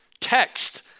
text